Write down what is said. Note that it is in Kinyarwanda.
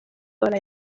matora